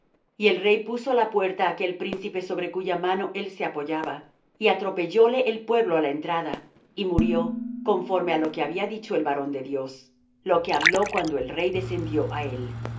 y el rey puso á la puerta a aquel príncipe sobre cuya mano él se apoyaba y atropellóle el pueblo á la entrada y murió conforme á lo que había dicho el varón de dios lo que habló cuando el rey descendió á él